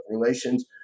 relations